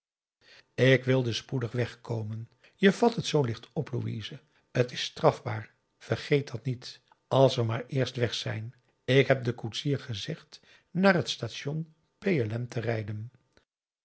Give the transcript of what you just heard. ik wilde spoedig weg komen je vat het zoo licht op louise t is strafbaar vergeet dat niet als we maar eerst weg zijn ik heb den koetsier gezegd naar het station p l m te rijden